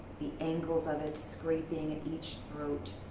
the angles of it scrapping at each throat.